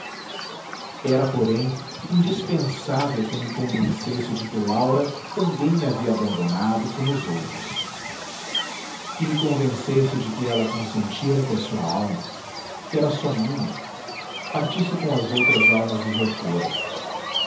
era porém indispensável que eu me convencesse de que laura também me havia abandonado como os outros que me convencesse de que ela consentira que a sua alma que era só minha partisse com as outras almas desertoras